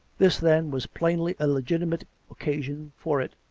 this, then, was plainly a legitimate occasion for it,